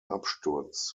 absturz